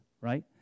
right